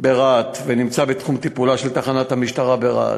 ברהט ונמצא בתחום טיפולה של תחנת המשטרה ברהט.